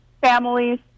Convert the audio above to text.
families